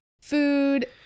food